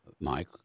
Mike